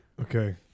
Okay